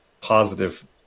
positive